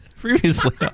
Previously